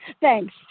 thanks